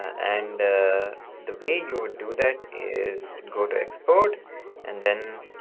and the way you would do that is go to export and then